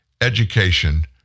education